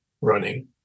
running